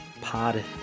pod